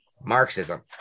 Marxism